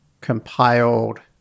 compiled